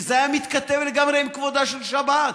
וזה היה מתכתב לגמרי עם כבודה של שבת.